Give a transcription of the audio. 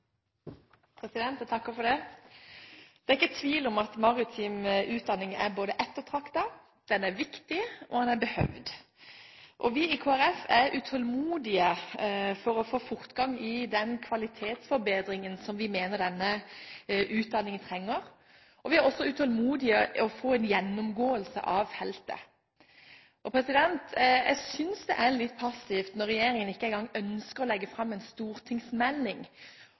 Jeg takker for det, president. Det er ikke tvil om at maritim utdanning er ettertraktet, den er viktig, og den behøves. Vi i Kristelig Folkeparti er utålmodige etter å få fortgang i den kvalitetsforbedringen som vi mener denne utdanningen trenger, og vi er også utålmodige etter å få en gjennomgang av feltet. Jeg synes det er litt passivt når regjeringen ikke engang ønsker å legge fram en stortingsmelding